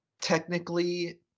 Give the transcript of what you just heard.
technically